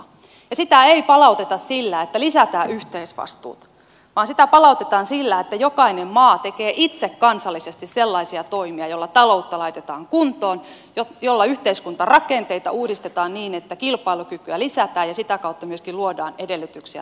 sitä ei palauteta sillä että lisätään yhteisvastuuta vaan sitä palautetaan sillä että jokainen maa tekee itse kansallisesti sellaisia toimia joilla ta loutta laitetaan kuntoon joilla yhteiskuntarakenteita uudistetaan niin että kilpailukykyä lisätään ja sitä kautta myöskin luodaan edellytyksiä talouskasvulle